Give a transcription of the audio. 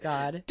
God